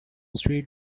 street